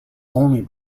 only